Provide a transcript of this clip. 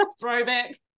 throwback